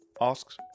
asks